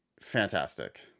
Fantastic